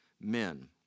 men